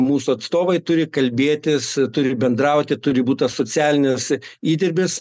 mūsų atstovai turi kalbėtis turi bendrauti turi būt tas socialinis įdirbis